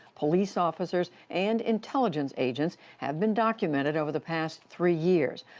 police officers and intelligence agents have been documented over the past three years,